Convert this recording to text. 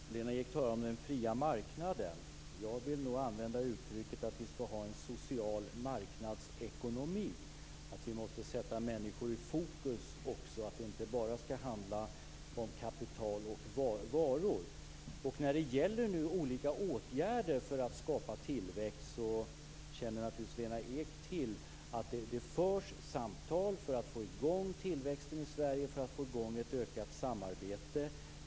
Fru talman! Lena Ek talade om den fria marknaden. Jag vill nog använda uttrycket att vi skall ha en social marknadsekonomi, att vi måste sätta människor i fokus också och att det inte bara skall handla om kapital och varor. När det gäller olika åtgärder för att skapa tillväxt känner Lena Ek naturligtvis till att det förs samtal för att få i gång tillväxten i Sverige och för att få i gång ett ökat samarbete.